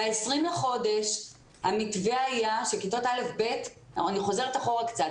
ב-20 לחודש המתווה היה שכיתות א'-ב' אני חוזרת קצת אחורה